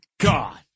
God